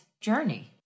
journey